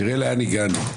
תראה לאן הגענו.